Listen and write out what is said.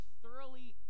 thoroughly